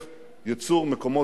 כי לא עשינו הכול.